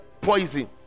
poison